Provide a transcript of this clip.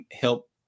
help